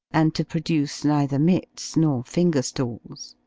and to produce neither mits nor finger-stalls.